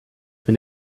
been